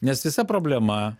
nes visa problema